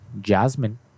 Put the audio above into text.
Jasmine